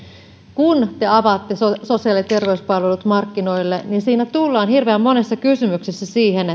kun te avaatte sosiaali ja terveyspalvelut markkinoille niin siinä tullaan hirveän monessa kysymyksessä siihen